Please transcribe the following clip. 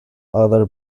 other